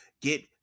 get